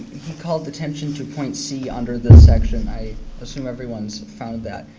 he called attention to point c under the section. i assume everyone's found that.